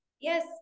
yes